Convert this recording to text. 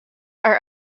are